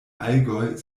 allgäu